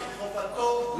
זאת חובתו של הנהג.